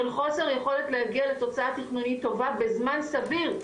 של חוסר יכולת להגיע לתוצאה תכנונית טובה בזמן סביר,